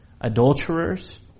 adulterers